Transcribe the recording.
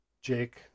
Jake